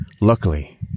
Luckily